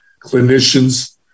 clinicians